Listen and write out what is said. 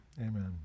Amen